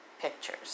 pictures